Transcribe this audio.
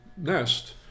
nest